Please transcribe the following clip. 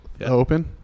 open